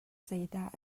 zeidah